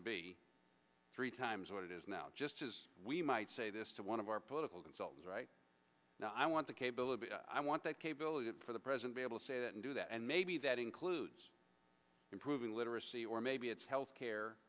to be three times what it is now just we might say this to one of our political consultants right now i want the capability i want that capability for the president be able to say that and do that and maybe that includes improving literacy or maybe it's health